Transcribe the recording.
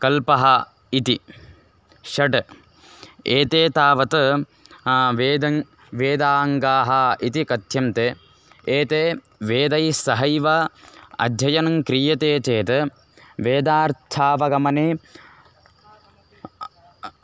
कल्पः इति षट् एते तावत् वेदं वेदाङ्गम् इति कथ्यन्ते एते वेदैस्सहैव अध्ययनं क्रियते चेत् वेदार्थावगमने